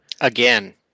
again